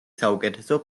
საუკეთესო